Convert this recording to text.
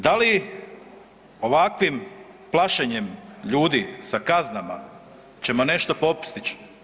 Da li ovakvim plašenjem ljudi sa kaznama ćemo nešto postići?